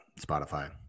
Spotify